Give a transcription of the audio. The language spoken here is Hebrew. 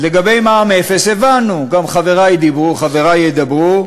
לגבי מע"מ אפס, הבנו, גם חברי דיברו, חברי ידברו,